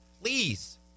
Please